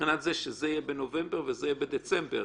שזה יהיה בנובמבר וזה יהיה בדצמבר,